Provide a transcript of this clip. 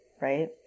right